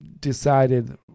decided